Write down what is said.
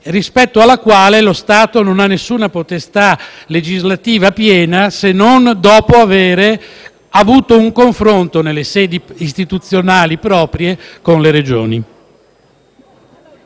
rispetto alla quale lo Stato non ha nessuna potestà legislativa piena, se non dopo aver avuto un confronto, nelle sedi istituzionali proprie, con le Regioni.